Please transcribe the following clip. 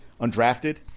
Undrafted